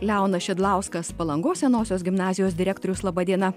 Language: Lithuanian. leonas šidlauskas palangos senosios gimnazijos direktorius laba diena